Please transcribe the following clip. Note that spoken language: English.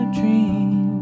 dream